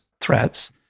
threats